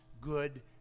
good